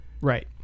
Right